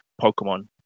Pokemon